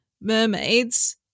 mermaids